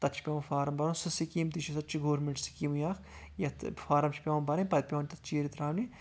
تَتھ چھُ پیٚوان فارم بَرُن سُہ سکیٖم تہِ چھ سۄ تہِ چھِ گوٚرمیٚنٛٹ سکیٖمٕے اکھ یتھ فارم چھِ پیٚوان بَرٕنۍ پتہٕ پیٚوان تَتھ چیٖرِ تراونہِ